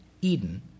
Eden